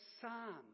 psalm